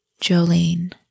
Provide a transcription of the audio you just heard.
Jolene